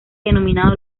denominados